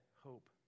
hope